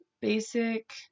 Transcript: basic